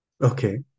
okay